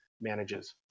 manages